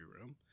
room